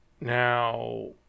Now